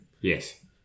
Yes